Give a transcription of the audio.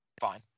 fine